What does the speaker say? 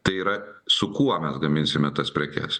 tai yra su kuo mes gaminsime tas prekes